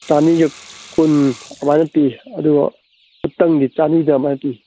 ꯆꯥꯝꯃꯔꯤꯒ ꯀꯨꯟ ꯑꯗꯨꯃꯥꯏꯅ ꯄꯤ ꯑꯗꯨꯒ ꯎꯇꯪꯗꯤ ꯆꯥꯝꯃꯔꯤꯗ ꯑꯃꯥꯏꯅ ꯄꯤ